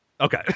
okay